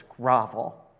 grovel